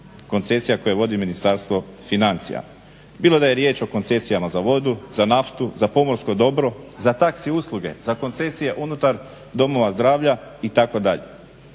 koncesija koje vodi Ministarstvo financija, bilo da je riječ o koncesijama za vodu, za naftu, za pomorsko dobro, za taxi usluge, za koncesije unutar domova zdravlja itd.